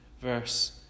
verse